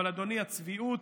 אבל, אדוני, הצביעות,